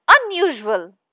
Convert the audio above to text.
unusual